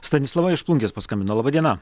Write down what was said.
stanislava iš plungės paskambino laba diena